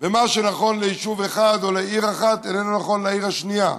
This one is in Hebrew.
ומה שנכון ליישוב אחד או לעיר אחת איננו נכון לעיר השנייה.